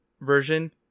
version